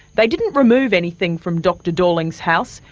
they didn't remove anything from dr dorling's house,